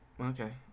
okay